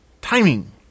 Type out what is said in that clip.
Timing